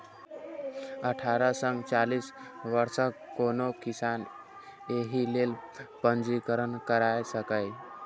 अठारह सं चालीस वर्षक कोनो किसान एहि लेल पंजीकरण करा सकैए